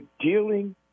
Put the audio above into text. dealing